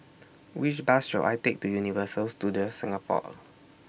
Which Bus should I Take to Universal Studios Singapore